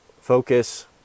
focus